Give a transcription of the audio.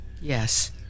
Yes